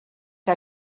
que